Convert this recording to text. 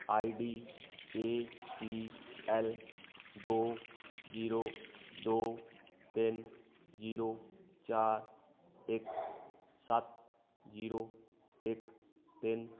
I D A P L ਦੋ zero ਦੋ ਤਿੰਨ ਜੀਰੋ ਚਾਰ ਇੱਕ ਸੱਤ ਜੀਰੋ ਇੱਕ ਤਿੰਨ